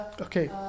okay